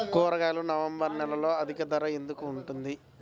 కూరగాయలు నవంబర్ నెలలో అధిక ధర ఎందుకు ఉంటుంది?